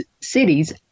cities